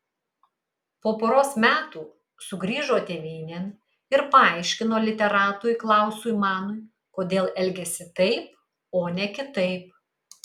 po poros metų sugrįžo tėvynėn ir paaiškino literatui klausui manui kodėl elgėsi taip o ne kitaip